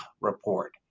report